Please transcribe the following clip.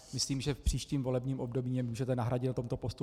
Myslím, že v příštím volebním období mě můžete nahradit na tomto postu.